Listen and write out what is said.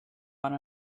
one